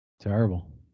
Terrible